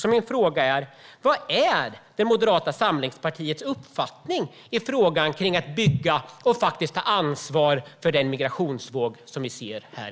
Vilken är Moderata samlingspartiets uppfattning i frågan om att bygga och ta ansvar för den migrationsvåg som vi nu ser?